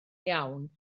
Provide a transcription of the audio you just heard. iawn